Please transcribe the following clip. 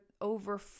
over